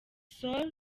sol